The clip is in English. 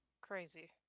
crazy